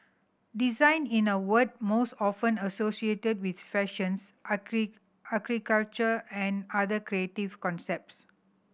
design in a word most often associated with fashions architecture and other creative concepts